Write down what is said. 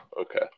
okay